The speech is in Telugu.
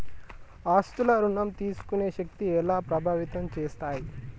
ఆస్తుల ఋణం తీసుకునే శక్తి ఎలా ప్రభావితం చేస్తాయి?